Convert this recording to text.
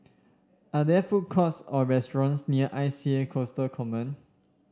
are there food courts or restaurants near I C A Coastal Command